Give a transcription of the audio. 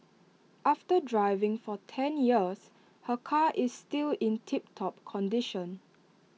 after driving for ten years her car is still in tip top condition